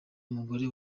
umugore